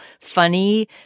funny